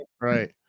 right